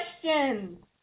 questions